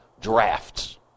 drafts